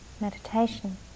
meditation